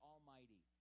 Almighty